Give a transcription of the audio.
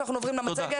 אנחנו עוברים למצגת.